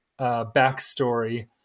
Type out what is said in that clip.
backstory